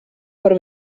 per